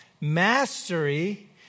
mastery